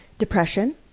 depression,